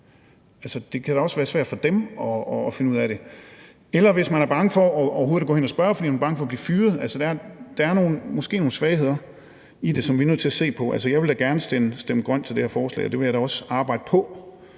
det kan da også være svært for dem at finde ud af det – eller hvis man er bange for overhovedet at gå hen og spørge, fordi man er bange for at blive fyret? Altså, der er måske nogle svagheder i det, som vi er nødt til at se på. Jeg vil da gerne stemme grønt til det her forslag, og det vil jeg da også arbejde på,